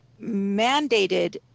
mandated